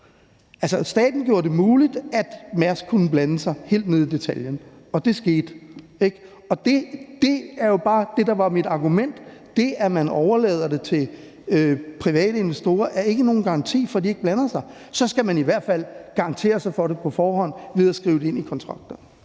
staten gjorde det muligt, at Mærsk kunne blande sig helt ned i detaljen, og det skete, ikke? Det var jo bare det, der var mit argument. Det, at man overlader det til private investorer, er ikke nogen garanti for, at de ikke blander sig. Så skal man i hvert fald få garanti for det på forhånd ved at skrive det ind i kontrakten.